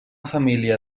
família